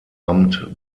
amt